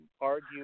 argue